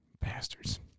Bastards